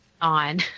on